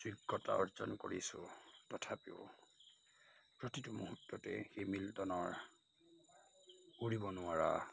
যোগ্যতা অৰ্জন কৰিছোঁ তথাপিও প্ৰতিটো মুহূৰ্ততে সেই মিল্টনৰ উৰিব নোৱাৰা